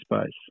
space